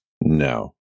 No